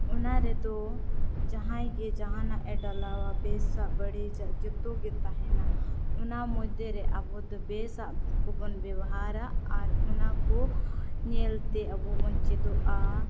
ᱚᱱᱟ ᱨᱮᱫᱚ ᱡᱟᱦᱟᱸᱭᱜᱮ ᱡᱟᱦᱟᱱᱟᱜ ᱮ ᱰᱟᱞᱟᱣᱟ ᱵᱮᱥᱟᱜ ᱵᱟᱹᱲᱤᱡᱟᱜ ᱡᱚᱛᱚᱜᱮ ᱛᱟᱦᱮᱱᱟ ᱚᱱᱟ ᱢᱚᱫᱽᱫᱷᱮᱨᱮ ᱟᱵᱚᱫᱚ ᱵᱮᱥᱟᱜ ᱠᱚᱵᱚᱱ ᱵᱮᱵᱚᱦᱟᱨᱟ ᱟᱨ ᱚᱱᱟ ᱠᱚ ᱧᱮᱞᱛᱮ ᱟᱵᱚ ᱵᱚᱱ ᱪᱮᱫᱚᱜᱼᱟ